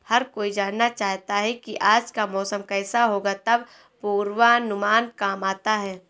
हर कोई जानना चाहता है की आज का मौसम केसा होगा तब पूर्वानुमान काम आता है